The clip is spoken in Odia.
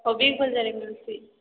ଓ ବିଗ୍ ବଜାର୍ରେ ମିଲ୍ସି